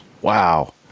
wow